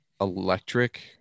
electric